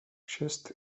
šest